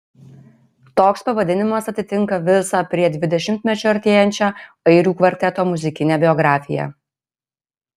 toks pavadinimas atitinka visą prie dvidešimtmečio artėjančią airių kvarteto muzikinę biografiją